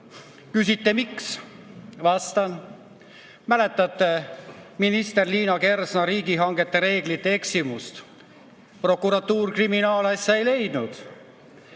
Küsite, miks. Vastan. Mäletate minister Liina Kersna riigihangete reeglite vastu eksimist? Prokuratuur kriminaalasja ei leidnud.